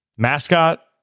Mascot